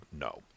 no